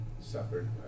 suffered